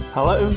Hello